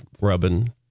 rubbing